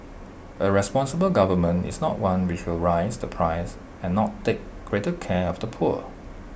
A responsible government is not one which will raise the price and not take greater care of the poor